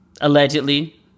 allegedly